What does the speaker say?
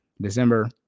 December